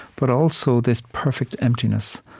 but also, this perfect emptiness.